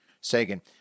Sagan